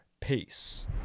Peace